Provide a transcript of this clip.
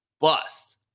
bust